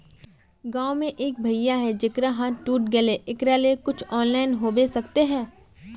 गाँव में एक भैया है जेकरा हाथ टूट गले एकरा ले कुछ ऑनलाइन होबे सकते है?